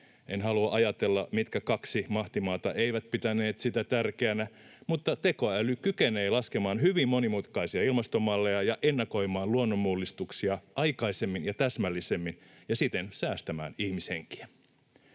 En halua ajatella, mitkä kaksi mahtimaata eivät pitäneet sitä tärkeänä, mutta tekoäly kykenee laskemaan hyvin monimutkaisia ilmastomalleja ja ennakoimaan luonnonmullistuksia aikaisemmin ja täsmällisemmin ja siten säästämään ihmishenkiä.